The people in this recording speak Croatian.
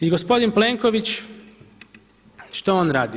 I gospodin Plenković, što on radi?